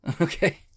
Okay